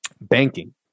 banking